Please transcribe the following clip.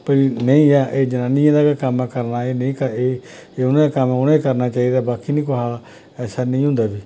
भई नेईं ऐ एह् जरानियें दा गै कम्म ऐ करना एह् नेईं तां एह् उ'नें कम्म उ'नें गै करना चाहिदा बाकी निं कुसै दा ऐसा नेईं होंदा